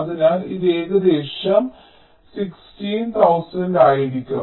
അതിനാൽ ഇത് ഏകദേശം 16000 ആയിരിക്കും